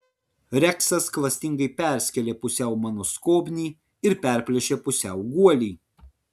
reksas klastingai perskėlė pusiau mano skobnį ir perplėšė pusiau guolį